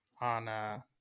on